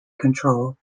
control